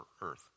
earth